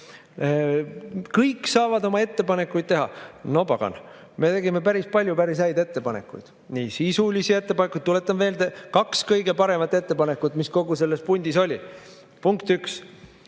Kõik saavad oma ettepanekuid teha.No pagan, me tegime päris palju päris häid ettepanekuid, sisulisi ettepanekuid. Tuletan meelde kahte kõige paremat ettepanekut, mis kogu selles pundis olid. Punkt 1: